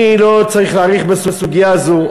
אני לא צריך להאריך בסוגיה זו.